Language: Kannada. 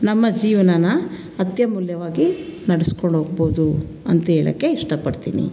ನಮ್ಮ ಜೀವನನ ಅತ್ಯಮೂಲ್ಯವಾಗಿ ನಡ್ಸ್ಕೊಂಡು ಹೋಗ್ಬೋದು ಅಂತ ಹೇಳೋಕ್ಕೆ ಇಷ್ಟ ಪಡ್ತೀನಿ